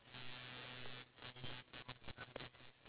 try and change their way of life